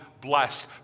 blessed